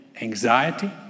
anxiety